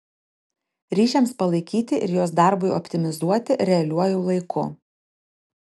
ryšiams palaikyti ir jos darbui optimizuoti realiuoju laiku